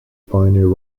pioneer